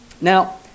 Now